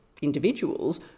individuals